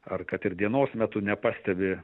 ar kad ir dienos metu nepastebi